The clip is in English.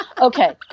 Okay